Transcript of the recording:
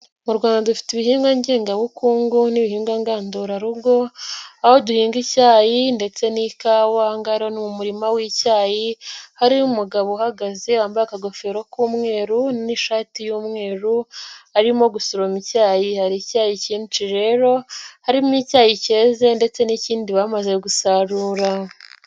Mu Rwanda dufite ibihingwa ngengabukungu n'ibihinga ngandurarugo, aho duhinga icyayi ndetse n'ikawa aha ngaha ni mu murima w'icyayi, hari umugabo uhagaze wambaye aka gofero k'umweru n'ishati y'umweru arimo gusoroma icyayi. Hari icyayi cyinshi rero harimo icyayi cyeze ndetse n'ikindi bamaze gusarura.